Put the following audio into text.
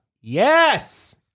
Yes